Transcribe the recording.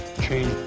change